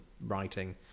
writing